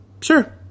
Sure